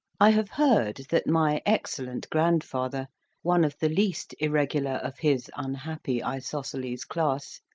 i have heard that my excellent grandfather one of the least irregular of his unhappy isosceles class,